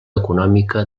econòmica